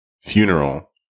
funeral